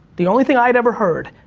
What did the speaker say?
the only thing i had ever heard,